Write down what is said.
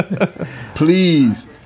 Please